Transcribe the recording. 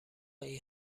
این